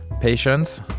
patience